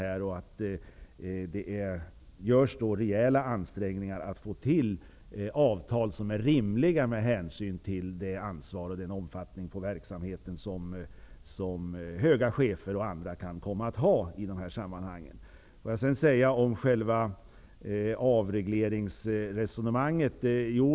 Det måste göras rejäla ansträngningar för att få till avtal som är rimliga med hänsyn till det ansvar som höga chefer och andra kan komma att ha i dessa ssmmanhang. Sedan till resonemanget om avreglering.